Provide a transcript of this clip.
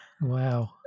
Wow